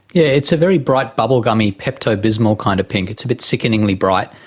yeah it's a very bright bubblegummy pepto-bismol kind of pink, it's a bit sickeningly bright.